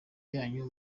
yanyu